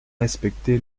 respecté